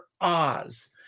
Oz